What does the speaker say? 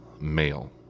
male